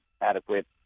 adequate